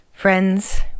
Friends